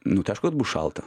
nu tai aišku kad bus šalta